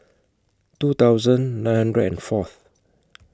two thousand nine hundred and Fourth